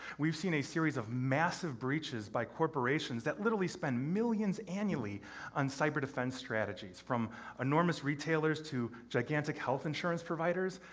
we've seen a series of massive breaches by corporations that literally spend millions annually on cyber defense strategies. from enormous retailers to gigantic health insurance providers,